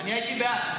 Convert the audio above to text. אני הייתי בעד.